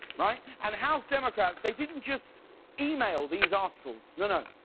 right. and house democrats, they didn't just email these articles. no, no,